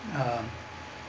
um